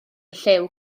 llew